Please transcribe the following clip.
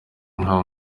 nka